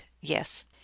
yes